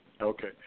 Okay